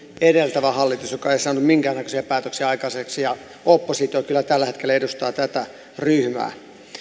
edeltävä hallitus joka ei saanut minkään näköisiä päätöksiä aikaiseksi ja oppositio kyllä tällä hetkellä edustaa tätä ryhmää